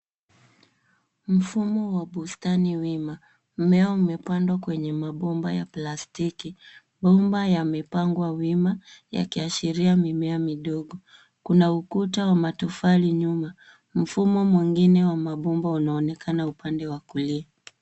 Mfumo wa bustani wima. Mmea umepandwa kwenye mabomba ya plastiki. Bomba yamepangwa wima yakiashiria mimea midogo. Kuna ukuta wa matofali nyuma. Mfumo mwingine wa mabomba unaonekana upande wa kulia.